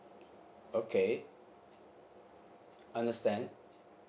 okay understand